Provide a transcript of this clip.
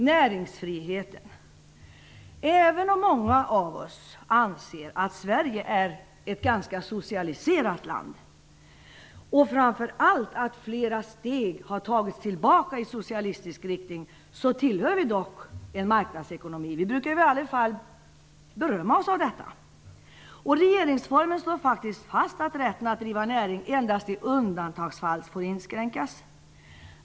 Näringsfriheten: Även om många av oss anser att Sverige är ett ganska socialiserat land och framför allt att flera steg har tagits tillbaka i socialistisk riktning, så tillhör vi dock en marknadsekonomi. Vi brukar ju i alla fall berömma oss av detta. I regeringsformen slås det faktiskt fast att rätten att driva näring endast i undantagsfall får inskränkas.